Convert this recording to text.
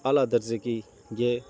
اعلیٰ درجے کی یہ